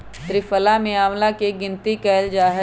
त्रिफला में आंवला के गिनती कइल जाहई